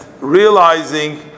realizing